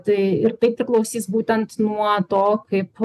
tai ir tai priklausys būtent nuo to kaip